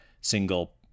single